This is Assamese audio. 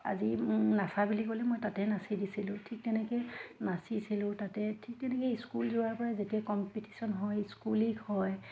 আজি নচা বুলি ক'লে মই তাতে নাচি দিছিলোঁ ঠিক তেনেকৈ নাচিছিলোঁ তাতে ঠিক তেনেকৈ স্কুল যোৱাৰ পৰা যেতিয়া কম্পিটিশ্যন হয় স্কুল উইক হয়